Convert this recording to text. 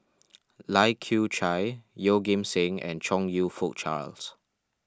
Lai Kew Chai Yeoh Ghim Seng and Chong You Fook Charles